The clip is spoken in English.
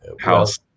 house